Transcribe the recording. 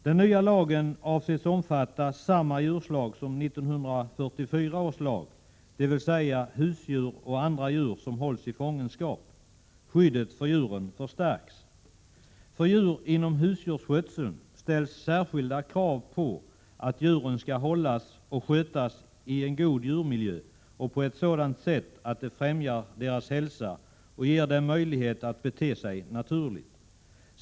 Den nya lagen avses omfatta samma djurslag som 1944 års lag, dvs. husdjur och andra djur som hålls i fångenskap. Skyddet för djuren förstärks. För djur inom husdjursskötseln ställs särskilda krav på att djuren skall hållas och skötas i en god djurmiljö och på ett sådant sätt att det främjar deras hälsa och ger dem möjlighet att bete sig naturligt.